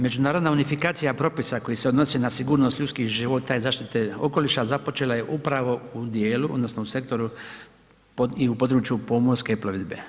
Međunarodna unifikacija propisa koji se odnosi na sigurnost ljudskih života i zaštite okoliša započela je upravo u dijelu odnosno u sektoru u području pomorske plovidbe.